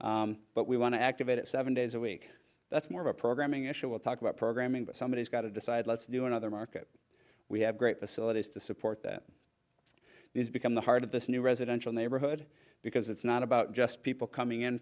time but we want to activate it seven days a week that's more of a programming issue will talk about programming but somebody's got to decide let's do another market we have great facilities to support that these become the heart of this new residential neighborhood because it's not about just people coming in